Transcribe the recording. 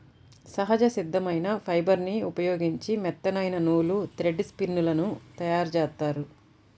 సహజ సిద్ధమైన ఫైబర్ని ఉపయోగించి మెత్తనైన నూలు, థ్రెడ్ స్పిన్ లను తయ్యారుజేత్తారు